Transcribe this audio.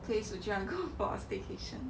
place would you want to go for a staycation